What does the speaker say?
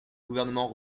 gouvernement